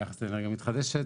ביחס לאנרגיה מתחדשת,